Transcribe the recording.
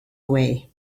away